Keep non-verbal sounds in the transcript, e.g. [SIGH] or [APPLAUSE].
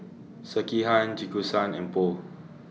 Sekihan [UNINTELLIGIBLE] and Pho